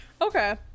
Okay